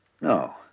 No